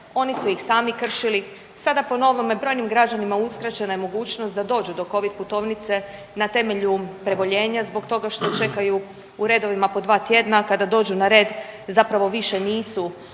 oni su ih sami kršili. Sada po novome brojim građanima uskraćena je mogućnost da dođu do covid putovnice na temelju preboljenja zbog toga što čekaju u redovima po dva tjedna, kada dođu na red zapravo više nisu